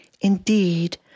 Indeed